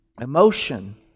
emotion